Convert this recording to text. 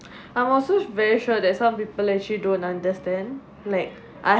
I'm also very sure that some people actually don't understand like I